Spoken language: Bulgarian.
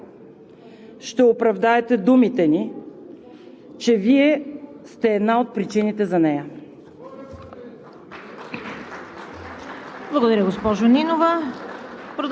Ако продължите да реагирате на кризата както досега, ще оправдаете думите ни, че Вие сте една от причините за нея!